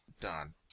Done